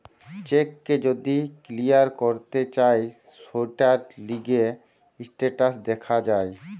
check কে যদি clear করতে চায় সৌটার লিগে স্টেটাস দেখা যায়